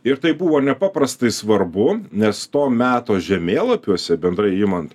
ir tai buvo nepaprastai svarbu nes to meto žemėlapiuose bendrai imant